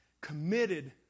committed